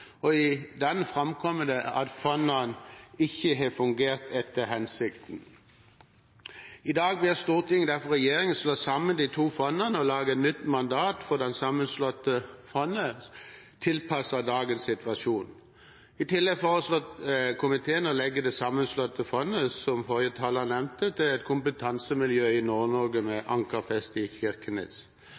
og der framkommer det at fondene ikke har fungert etter hensikten. I dag ber derfor Stortinget regjeringen slå sammen de to fondene og lage et nytt mandat for det sammenslåtte fondet, tilpasset dagens situasjon. I tillegg foreslår komiteen å legge det sammenslåtte fondet, som forrige taler nevnte, til et kompetansemiljø i Nord-Norge med ankerfeste i Kirkenes.